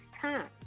time